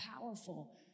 powerful